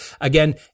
again